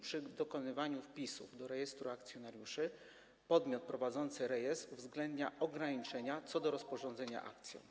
Przy dokonywaniu wpisów do rejestru akcjonariuszy podmiot prowadzący rejestr uwzględnia ograniczenia co do rozporządzenia akcją.